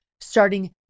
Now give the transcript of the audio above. starting